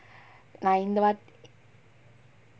நா இந்த:naa intha